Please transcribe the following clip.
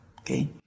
okay